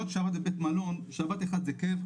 אז להיות שם שבת אחת זה כיף,